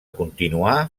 continuar